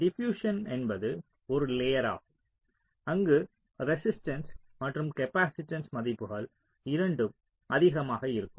diffusion என்பது ஒரு layer ஆகும் அங்கு ரெசிஸ்ட்டன்ஸ் மற்றும் காப்பாசிட்டன்ஸ் மதிப்புகள் இரண்டும் அதிகமாக இருக்கும்